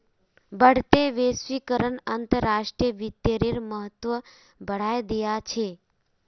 बढ़ते वैश्वीकरण अंतर्राष्ट्रीय वित्तेर महत्व बढ़ाय दिया छे